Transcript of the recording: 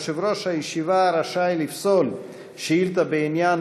יושב-ראש הישיבה רשאי לפסול שאילתה בעניין